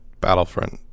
battlefront